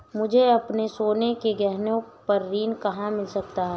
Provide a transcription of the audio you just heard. मुझे अपने सोने के गहनों पर ऋण कहाँ मिल सकता है?